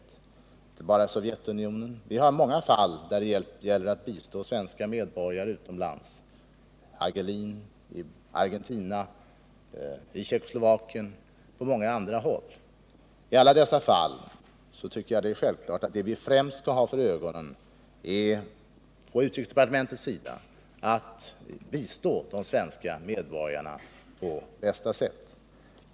Det gäller inte bara Sovjetunionen. Vi har många fall där det gäller att bistå svenska medborgare utomlands. I Argentina gäller det Dagmar Hagelin, och det finns också exempel från Tjeckoslovakien och många andra håll. I alla dessa fall tycker jag att det är självklart att det vi på utrikesdepartementet främst skall ha för ögonen är att bistå de svenska medborgarna på bästa sätt.